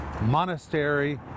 Monastery